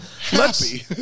Happy